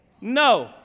No